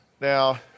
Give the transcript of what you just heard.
Now